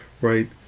right